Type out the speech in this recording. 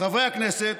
חברי הכנסת,